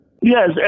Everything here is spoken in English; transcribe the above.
Yes